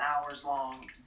hours-long